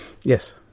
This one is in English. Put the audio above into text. Yes